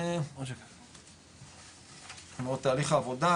תהליך העבודה,